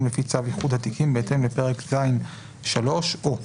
לפי צו איחוד התיקים בהתאם לפרק ז3 או".